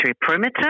perimeter